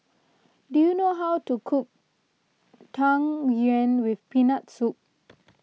do you know how to cook Tang Yuen with Peanut Soup